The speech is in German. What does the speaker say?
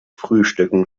frühstücken